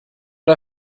der